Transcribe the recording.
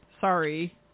Sorry